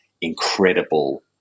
incredible